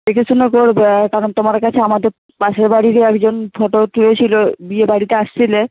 দেখেশুনে করবে কারণ তোমাদের কাছে আমাদের পাশের বাড়িরই একজন ফটো তুলেছিল বিয়েবাড়িতে এসেছিলে